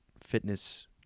fitness